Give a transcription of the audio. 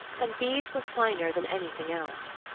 and these were finer than anything else.